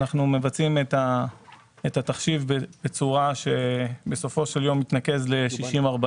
אנחנו מבצעים את התקציב בצורה שבסופו של יום מתנקז ל-60-40